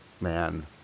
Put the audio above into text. man